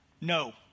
No